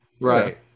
Right